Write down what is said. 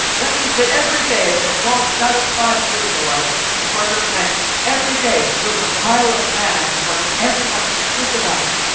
that means that every day that god satisfied the israelites in front of their tent every day there was a pile of manna in front of everyone. think about it.